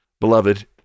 Beloved